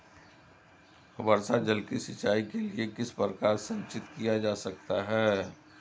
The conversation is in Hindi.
वर्षा जल को सिंचाई के लिए किस प्रकार संचित किया जा सकता है?